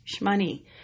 money